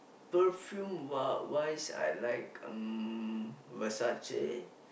perfume wa~ wise I like um Versace